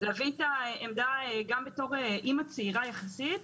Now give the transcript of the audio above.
אני רוצה להביא את העמדה גם בתור אימא צעירה יחסית.